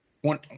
one